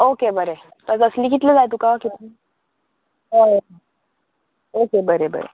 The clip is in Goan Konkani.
ओके बरें कसली कितले जाय तुका हय ओके बरें बरें